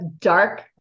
dark